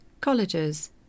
colleges